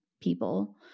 people